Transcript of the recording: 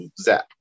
zap